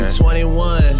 21